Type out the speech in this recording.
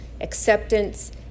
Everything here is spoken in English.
acceptance